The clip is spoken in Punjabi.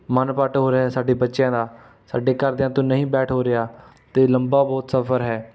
ਮਨ ਭਿੱਟ ਹੋ ਰਿਹਾ ਹੈ ਸਾਡੇ ਬੱਚਿਆਂ ਦਾ ਸਾਡੇ ਘਰਦਿਆਂ ਤੋਂ ਨਹੀਂ ਬੈਠ ਹੋ ਰਿਹਾ ਅਤੇ ਲੰਬਾ ਬਹੁਤ ਸਫਰ ਹੈ